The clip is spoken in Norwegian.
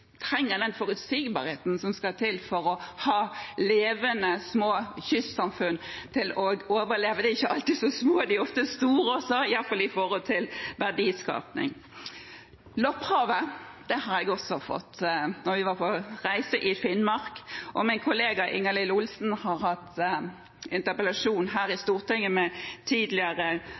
trenger den forutsigbarheten som skal til for å ha levende små kystsamfunn, for å overleve. De er ikke alltid så små – de er ofte store også, iallfall med tanke på verdiskaping. Lopphavet: Det har jeg også fått høre om da vi var på reise i Finnmark, min kollega Ingalill Olsen har hatt interpellasjon her i Stortinget med spørsmål til tidligere